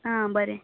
हा बरें